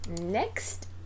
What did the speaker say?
next